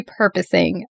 repurposing